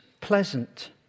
pleasant